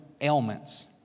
ailments